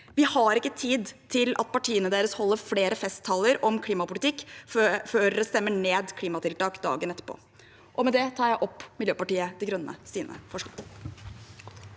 Vi har ikke tid til at disse partiene holder flere festtaler om klimapolitikk når de stemmer ned klimatiltak dagen etterpå. Med det tar jeg opp Miljøpartiet De Grønnes forslag.